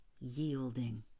yielding